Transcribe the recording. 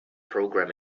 programming